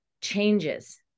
changes